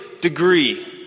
degree